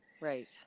Right